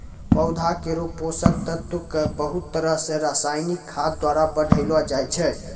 पौधा केरो पोषक तत्व क बहुत तरह सें रासायनिक खाद द्वारा बढ़ैलो जाय छै